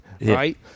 right